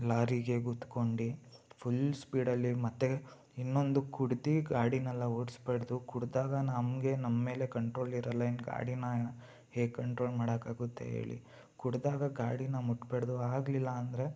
ಲಾರಿಗೆ ಗುದ್ಕೊಂಡು ಫುಲ್ ಸ್ಪೀಡಲ್ಲಿ ಮತ್ತು ಇನ್ನೊಂದು ಕುಡ್ದು ಗಾಡಿನೆಲ್ಲ ಓಡ್ಸ್ಬಾಡ್ದು ಕುಡಿದಾಗ ನಮಗೆ ನಮ್ಮ ಮೇಲೆ ಕಂಟ್ರೋಲ್ ಇರೋಲ್ಲ ಇನ್ನು ಗಾಡಿನ ಹೇಗೆ ಕಂಟ್ರೋಲ್ ಮಾಡೋಕಾಗುತ್ತೆ ಹೇಳಿ ಕುಡಿದಾಗ ಗಾಡಿನ ಮುಟ್ಬಾಡ್ದು ಆಗಲಿಲ್ಲ ಅಂದರೆ